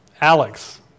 Alex